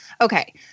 okay